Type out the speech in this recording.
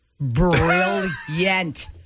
Brilliant